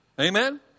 Amen